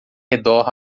redor